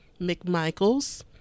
McMichaels